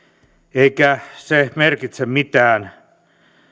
eikä se merkitse mitään